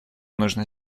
нужно